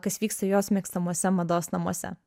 kas vyksta jos mėgstamuose mados namuose